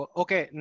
okay